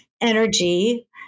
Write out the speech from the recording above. energy